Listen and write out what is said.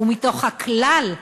ומתוך הכלל,